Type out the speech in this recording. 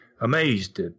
amazed